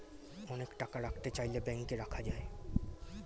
অনেক টাকা রাখতে চাইলে ব্যাংকে রাখা যায়